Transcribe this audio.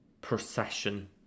procession